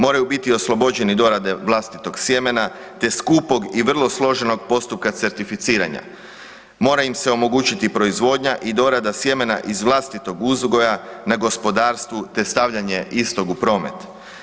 Moraju biti oslobođeni dorade vlastitog sjemena te skupog i vrlo složenog postupka certificiranja, mora im se omogućiti proizvodnja i dorada sjemena iz vlastitog uzgoja na gospodarstvu te stavljanje istog u promet.